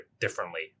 differently